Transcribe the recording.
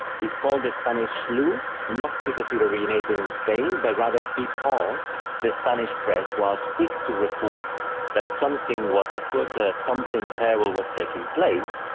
is called the spanish flu, not because it originated in spain but rather because the spanish press was quick to report that something was afoot, something terrible was taking place